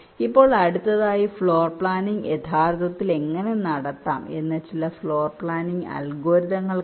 ഇപ്പോൾ അടുത്തതായി floor planning യഥാർത്ഥത്തിൽ എങ്ങനെ നടത്താം എന്ന ചില ഫ്ലോർ പ്ലാനിംഗ് അൽഗോരിതങ്ങൾ കാണാം